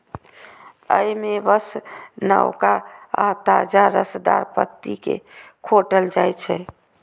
अय मे बस नवका आ ताजा रसदार पत्ती कें खोंटल जाइ छै